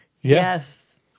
Yes